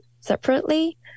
separately